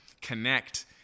Connect